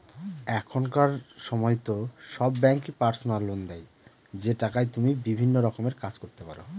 এখনকার সময়তো সব ব্যাঙ্কই পার্সোনাল লোন দেয় যে টাকায় তুমি বিভিন্ন রকমের কাজ করতে পারো